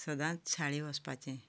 सदांच शाळेक वचपाचें